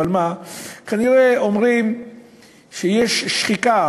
אבל מה, כנראה אומרים שיש שחיקה